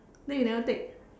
then you never take